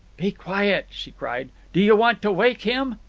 be quiet! she cried. do you want to wake him?